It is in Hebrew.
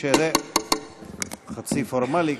אדוני.